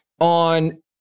on